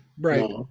Right